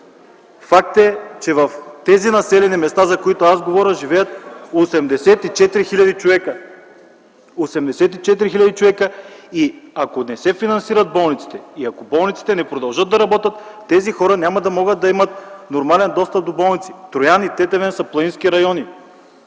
Факт е, че в тези населени места, за които говоря, живеят 84 000 човека и ако не се финансират болниците, и ако болниците не продължат да работят, тези хора няма да могат да имат нормален достъп до болниците. Троян и Тетевен са планински райони.